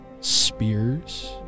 spears